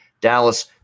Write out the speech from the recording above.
Dallas